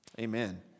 Amen